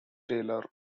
taylor